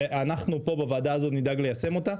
ואנחנו פה בוועדה הזו נדאג ליישם אותה.